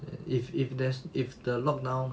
if if if there's if the lock down